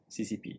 CCP